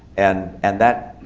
and and that,